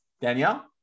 Danielle